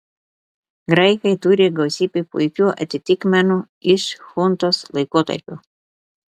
graikai turi gausybę puikių atitikmenų iš chuntos laikotarpio